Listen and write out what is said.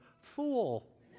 fool